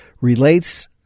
relates